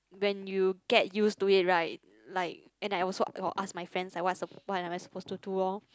when you get use to it right like and I also will ask my friends like what is the what am I suppose to do lor